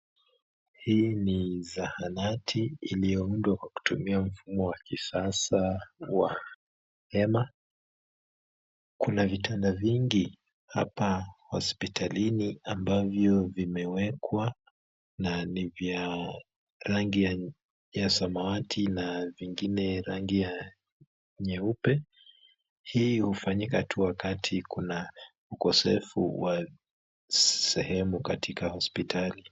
Hii ni zahanati iliyoundwa kwa kutumia mfumo wa kisasa wa hema. Kuna vitanda vingi hapa hospitalini ambavyo vimewekwa na ni vya rangi ya nyeupe, ya samawati na vingine rangi ya nyeupe. Hii hufanyika tu wakati kuna ukosefu wa sehemu katika hospitali.